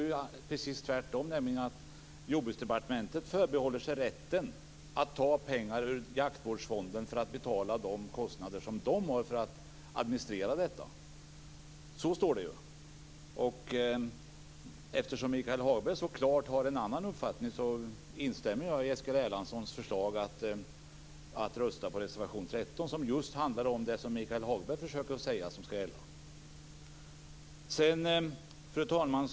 Där står precis tvärtom, nämligen att Jordbruksdepartementet förbehåller sig rätten att ta pengar ur jaktvårdsfonden för att betala de kostnader som finns för administration. Eftersom Michael Hagberg så klart har en annan uppfattning instämmer jag i som handlar om det Michael Hagberg säger ska gälla. Fru talman!